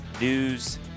news